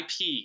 IP